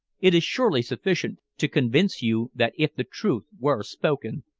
it is surely sufficient to convince you that if the truth were spoken,